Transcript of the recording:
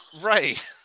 right